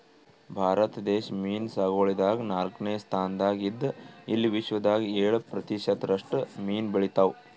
ಭಾರತ ದೇಶ್ ಮೀನ್ ಸಾಗುವಳಿದಾಗ್ ನಾಲ್ಕನೇ ಸ್ತಾನ್ದಾಗ್ ಇದ್ದ್ ಇಲ್ಲಿ ವಿಶ್ವದಾಗ್ ಏಳ್ ಪ್ರತಿಷತ್ ರಷ್ಟು ಮೀನ್ ಬೆಳಿತಾವ್